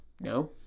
No